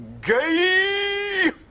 Gay